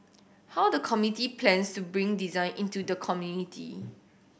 how the committee plans to bring design into the community